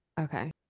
Okay